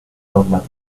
normativa